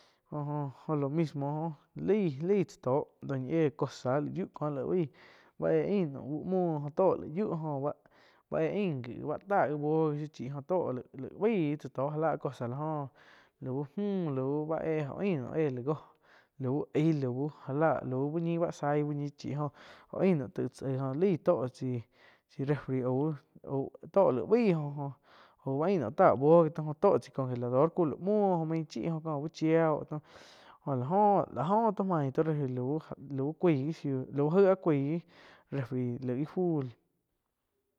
Jóh-joh lo mismo laí-laí cha toh dóh ñi éh cosa laig yiuh ko laig baih báh éh ain naum uh muoh jo to laig yiuh joh báh éh ain wi táh wi buoh wi joh toh laig baih já láh cosa la oh lauh mju lauh bá éh jo ain naum éh lau aih lauh já la lauh uh ñi báh zaig uh ñi chi joh oh ain naum taig tzá aigh jho laig tpoh chai-chai refri auh tó laig baih oh auh báh ain naum táh buoh wi taum oh tóh chai congelador ku la mhuo main chi oh kó uh chiá oh jo la oh áh oh to main refri lau kuaih gi shiu aig áh cuaih refri íh fu.